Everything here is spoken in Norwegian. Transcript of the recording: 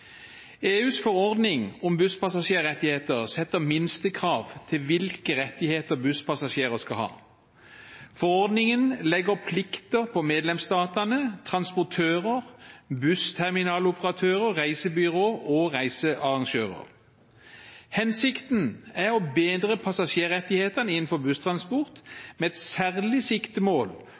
EUs forordning om busspassasjerrettigheter setter minstekrav til hvilke rettigheter busspassasjerer skal ha. Forordningen legger plikter på medlemsstatene, transportører, bussterminaloperatører, reisebyrå og reisearrangører. Hensikten er å bedre passasjerrettighetene innenfor busstransport med et særlig siktemål